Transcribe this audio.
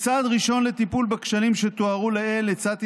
כצעד ראשון לטיפול בכשלים שתוארו לעיל הצעתי